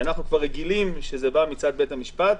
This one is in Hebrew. אנו רגילים שזה בא מצד בית המשפט,